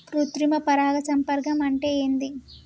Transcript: కృత్రిమ పరాగ సంపర్కం అంటే ఏంది?